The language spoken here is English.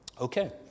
Okay